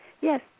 yes